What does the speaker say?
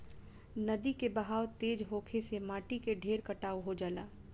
नदी के बहाव तेज होखे से माटी के ढेर कटाव हो जाला